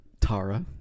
Tara